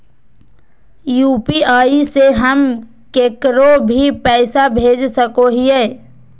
UPI से हम केकरो भी पैसा भेज सको हियै?